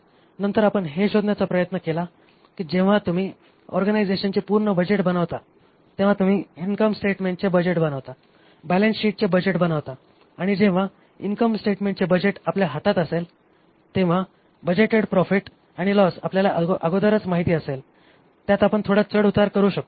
नंतर आपण हे शोधण्याचा प्रयत्न केला की जेव्हा तुम्ही ऑर्गनायझेशनचे पूर्ण बजेट बनवता तेव्हा तुम्ही इनकम स्टेटमेंटचे बजेट बनवता बॅलन्सशीटचे बजेट बनवता आणि जेव्हा इनकम स्टेटमेंटचे बजेट आपल्या हातात असेल तेव्हा बजेटेड प्रॉफिट आणि लॉस आपल्याला आगोदरच माहिती असेल त्यात आपण थोडा चढउतार होऊ शकतो